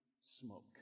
smoke